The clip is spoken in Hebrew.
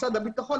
משרד הביטחון,